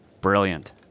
Brilliant